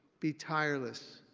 be tireless.